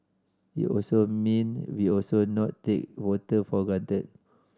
it also mean we also not take voter for granted